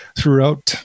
throughout